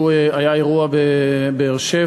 היה אירוע בבאר-שבע,